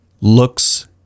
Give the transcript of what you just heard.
looks